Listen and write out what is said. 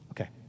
Okay